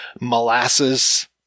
molasses